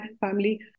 family